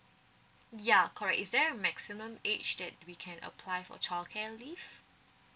ya correct is there a maximum age that we can apply for childcare leave